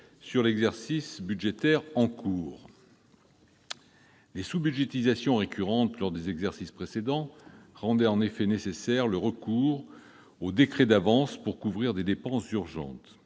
sur l'exercice budgétaire en cours. Les sous-budgétisations récurrentes lors des exercices précédents rendaient en effet nécessaire le recours aux décrets d'avance pour couvrir des dépenses urgentes.